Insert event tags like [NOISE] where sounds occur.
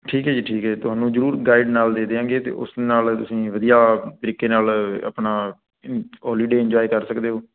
ਠੀਕ ਹੈ ਜੀ ਠੀਕ ਹੈ ਤੁਹਾਨੂੰ ਜ਼ਰੂਰ ਗਾਈਡ ਨਾਲ ਦੇ ਦਿਆਂਗੇ ਅਤੇ ਉਸ ਦੇ ਨਾਲ ਤੁਸੀਂ ਵਧੀਆ ਤਰੀਕੇ ਨਾਲ ਆਪਣਾ [UNINTELLIGIBLE] ਹੋਲੀਡੇ ਇੰਜੋਏ ਕਰ ਸਕਦੇ ਹੋ